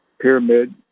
pyramid